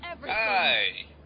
Hi